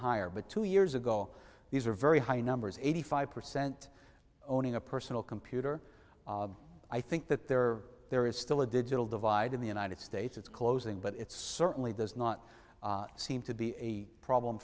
higher but two years ago these are very high numbers eighty five percent owning a personal computer i think that there are there is still a digital divide in the united states it's closing but it's certainly does not seem to be a problem